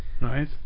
Nice